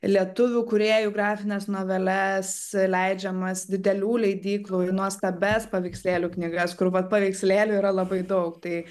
lietuvių kūrėjų grafines noveles leidžiamas didelių leidyklų nuostabias paveikslėlių knygas kur vat paveikslėlių yra labai daug tai